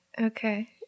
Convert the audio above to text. Okay